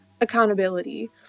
accountability